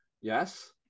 Yes